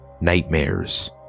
nightmares